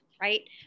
right